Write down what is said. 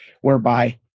whereby